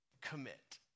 commit